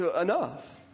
enough